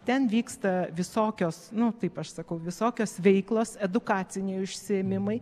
ten vyksta visokios nu taip aš sakau visokios veiklos edukaciniai užsiėmimai